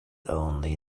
only